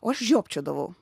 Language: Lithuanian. o aš žiopčiodavau